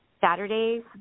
Saturdays